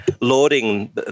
lauding